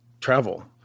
travel